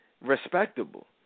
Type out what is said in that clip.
Respectable